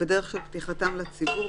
בדרך של פתיחתם לציבור,